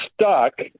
stuck